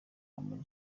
amina